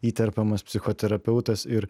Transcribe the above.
įterpiamas psichoterapeutas ir